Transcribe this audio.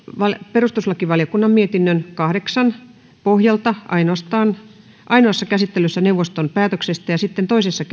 perustuslakivaliokunnan mietinnön kahdeksan pohjalta ainoassa käsittelyssä neuvoston päätöksestä ja sitten toisessa